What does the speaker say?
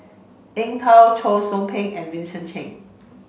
Eng Tow Cheong Soo Pieng and Vincent Cheng